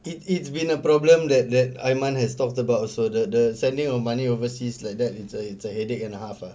it it's been a problem that that aiman has talked about so the the sending of money overseas like that it's a it's a headache and a half ah